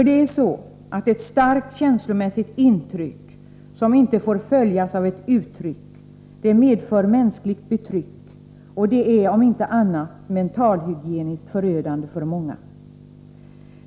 Det är så att ett starkt känslomässigt intryck som inte får följas av ett uttryck medför mänskligt betryck, och det är, om inte annat, mentalhygieniskt förödande för många.